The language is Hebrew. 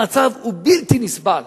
המצב בלתי נסבל.